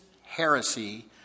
heresy